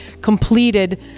completed